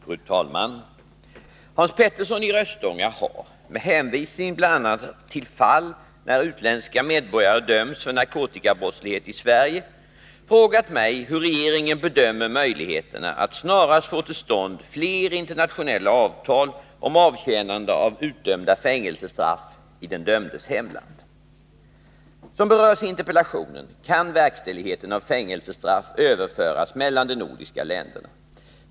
Fru talman! Hans Petersson i Röstånga har — med hänvisning bl.a. till fall när utländska medborgare döms för narkotikabrottslighet i Sverige — frågat mig hur regeringen bedömer möjligheterna att snarast få till stånd fler internationella avtal om avtjänande av utdömda fängelsestraff i den dömdes hemland. Som berörs i interpellationen kan verkställigheten av fängelsestraff överföras mellan de nordiska länderna.